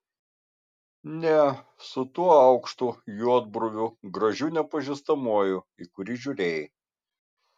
ne su tuo aukštu juodbruviu gražiu nepažįstamuoju į kurį žiūrėjai